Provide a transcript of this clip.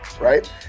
right